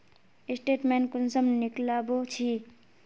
Statement कुंसम निकलाबो छी?